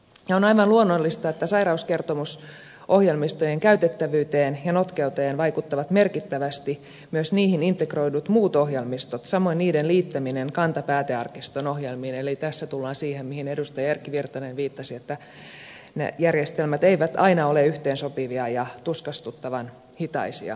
on aivan luonnollista että sairauskertomusohjelmistojen käytettävyyteen ja notkeuteen vaikuttavat merkittävästi myös niihin integroidut muut ohjelmistot samoin niiden liittäminen kanta päätearkiston ohjelmiin eli tässä tullaan siihen mihin edustaja erkki virtanen viittasi että ne järjestelmät eivät aina ole yhteensopivia ja tuskastuttavan hitaita